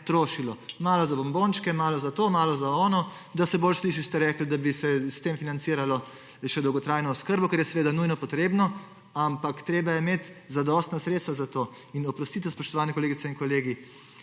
trošila malo za bombončke, malo to, malo za ono, da se bolje sliši, ste rekli, da bi se s tem financiralo še dolgotrajno oskrbo, ker je nujno potrebno, ampak treba je imeti zadostna sredstva za to. In oprostite, spoštovane kolegice in kolegi,